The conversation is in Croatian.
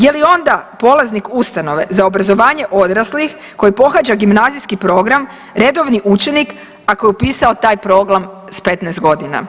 Je li onda polaznik ustanove za obrazovanje odraslih koji pohađa gimnazijski program redovni učenik ako je upisao taj program s 15.g.